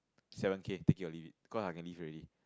seven K take it or leave it because I can leave already